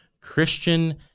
Christian